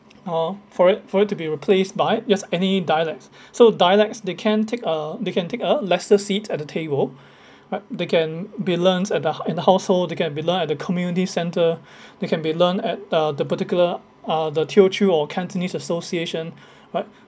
(uh huh) for it for it to be replaced by just any dialects so dialects they can take a they can take a lesser seat at the table but right they can be learnt at the hous~ in the household they can be learnt at the community centre they can be learnt at uh the particular uh the teochew or cantonese association right